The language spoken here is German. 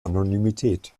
anonymität